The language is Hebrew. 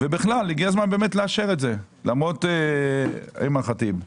בכלל, הגיע הזמן לאשר את זה למרות אימאן ח'טיב.